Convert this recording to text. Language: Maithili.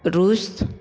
रूस